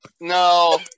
No